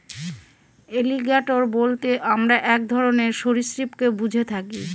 alligator বলতে আমরা এক ধরনের সরীসৃপকে বুঝে থাকি